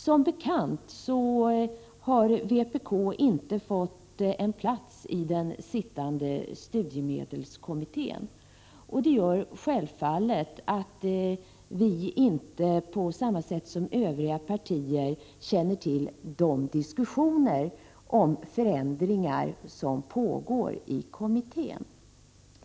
Som bekant har vpk inte fått en plats i den sittande studiemedelskommittén. Det gör självfallet att vi inte på samma sätt som övriga partier känner till de diskussioner om förändringar som pågår i kommittén.